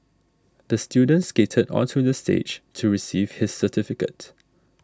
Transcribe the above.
the student skated onto the stage to receive his certificate